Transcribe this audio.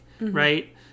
right